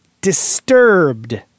Disturbed